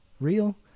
real